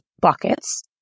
buckets